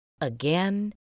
again